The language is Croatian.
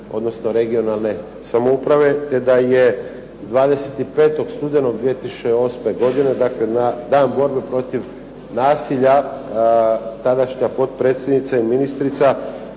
odnosno regionalne samouprave te da je 25. studenog 2008. godine dakle na Dan borbe protiv nasilja tadašnja potpredsjednica i ministrica